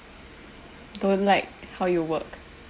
don't like how you work